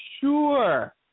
sure